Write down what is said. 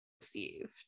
received